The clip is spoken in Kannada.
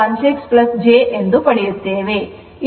16 j ಅನ್ನು ಪಡೆಯುತ್ತೇವೆ